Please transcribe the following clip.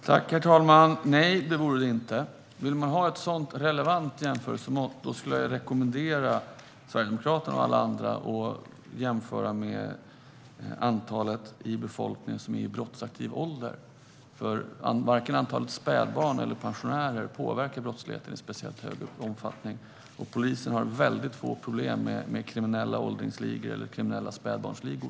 Herr talman! Nej, det vore det inte. Om man vill ha ett sådant relevant jämförelsemått skulle jag rekommendera Sverigedemokraterna och alla andra att jämföra med antalet i befolkningen som är i brottsaktiv ålder. Varken antalet spädbarn eller antalet pensionärer påverkar brottsligheten i speciellt stor omfattning. Polisen har få problem med kriminella åldringsligor eller kriminella spädbarnsligor.